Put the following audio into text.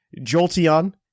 jolteon